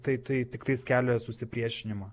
tai tai tiktais kelia susipriešinimą